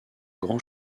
grand